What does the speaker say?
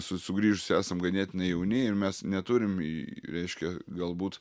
su sugrįžusi esam ganėtinai jauni ir mes neturim i reiškia galbūt